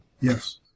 Yes